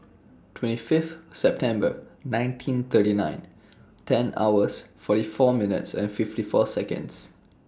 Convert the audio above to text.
twenty five September nineteen thirty eight ten hours forty four minutes fifty four Seconds